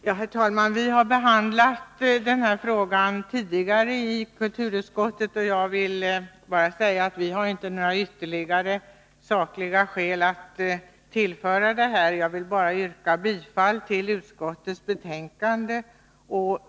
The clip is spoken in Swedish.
Herr talman! Vi har behandlat den här frågan tidigare i kulturutskottet, och jag vill bara säga att vi inte har några ytterligare sakliga skäl att tillföra ärendet. Jag vill bara yrka bifall till utskottets hemställan.